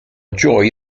joy